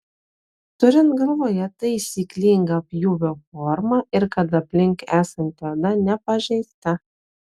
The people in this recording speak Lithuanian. turint galvoje taisyklingą pjūvio formą ir kad aplink esanti oda nepažeista